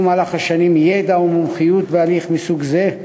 במהלך השנים ידע ומומחיות בהליך מסוג זה,